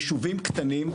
ישובים קטנים,